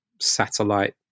satellite